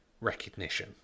recognition